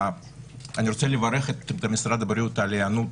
אני רוצה לברך את משרד הבריאות על ההיענות